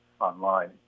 online